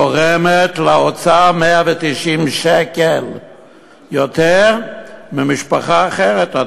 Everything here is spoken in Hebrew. תורמת לאוצר 190 שקל יותר ממשפחה אחרת.